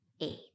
eight